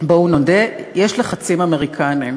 בואו נודה יש לחצים אמריקניים